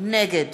נגד